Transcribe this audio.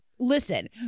Listen